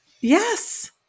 Yes